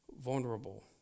vulnerable